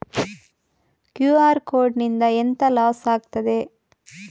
QR code ನಿಂದ ಎಂತ loss ಆಗ್ತದೆ?